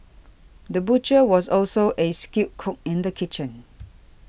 the butcher was also a skilled cook in the kitchen